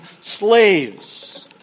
slaves